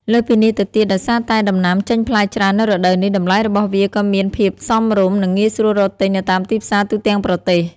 លើសពីនេះទៅទៀត ដោយសារតែដំណាំចេញផ្លែច្រើននៅរដូវនេះ តម្លៃរបស់វាក៏មានភាពសមរម្យ និងងាយស្រួលរកទិញនៅតាមទីផ្សារទូទាំងប្រទេស។